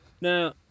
Now